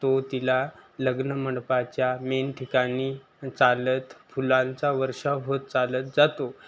तो तिला लग्न मंडपाच्या मेन ठिकाणी चालत फुलांचा वर्षाव होत चालत जातो